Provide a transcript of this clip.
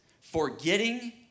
forgetting